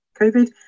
COVID